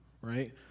right